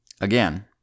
Again